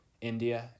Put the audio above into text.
india